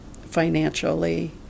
financially